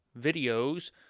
videos